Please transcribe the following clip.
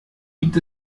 gibt